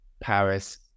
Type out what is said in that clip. paris